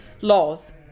laws